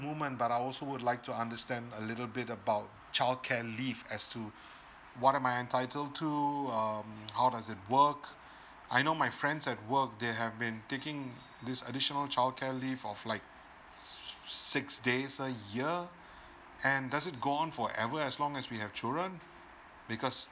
moment but I also would like to understand a little bit about childcare leave as to what am I entitled to um how does it work I know my friends at work they have been taking this additional childcare leave of like six days a year and does it go on for ever as long as we have children because